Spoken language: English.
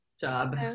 job